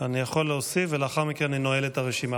אני יכול להוסיף, ולאחר מכן אני נועל את הרשימה.